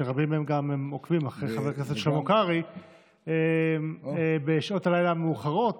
שרבים מהם גם עוקבים אחרי חבר הכנסת שלמה קרעי בשעות הלילה המאוחרות